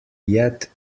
yet